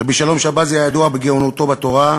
רבי שלום שבזי היה ידוע בגאונותו בתורה,